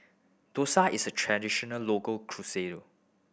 dosa is a traditional local cuisine